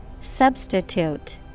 Substitute